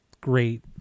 great